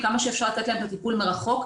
כמה שאפשר לתת להם את הטיפול מרחוק,